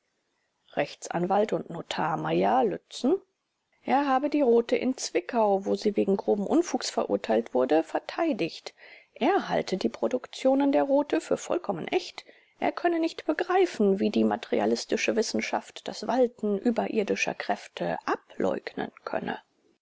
rechtsanwalt und notar meyer lützen er habe die rothe in zwickau wo sie wegen groben unfugs verurteilt wurde verteidigt er halte die produktionen der rothe für vollkommen echt er könne nicht begreifen wie die materialistische wissenschaft das walten überirdischer kräfte ableugnen könne